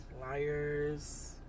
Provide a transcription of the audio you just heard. Liars